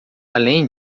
além